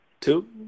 Two